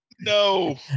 No